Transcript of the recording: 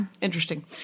Interesting